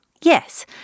Yes